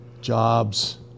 Jobs